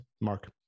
Mark